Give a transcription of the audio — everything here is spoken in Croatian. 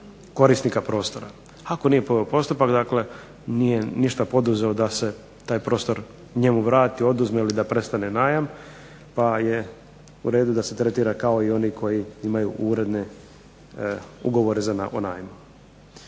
korisnika prostora. Ako nije poveo postupak, dakle nije ništa poduzeo da se taj prostor njemu vrati, oduzme, ili da prestane najam, pa je u redu da se tretira kao i oni koji imaju uredne ugovore o najmu.